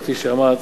כפי שאמרת,